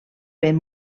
ben